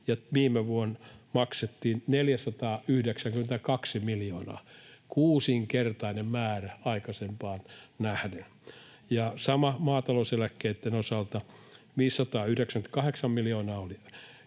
viime vuonna maksettiin 492 miljoonaa, kuusinkertainen määrä aikaisempaan nähden. Ja sama maatalouseläkkeitten osalta, 598 miljoonaa oli